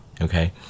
okay